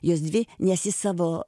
jos dvi nes jis savo